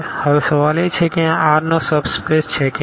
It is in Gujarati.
હવે સવાલ એ છે કે આ R નો સબ સ્પેસ છે કે નહીં